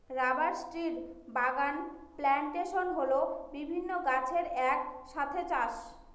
rubber ট্রির বাগান plantation হল বিভিন্ন গাছের এক সাথে চাষ